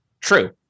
True